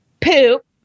poop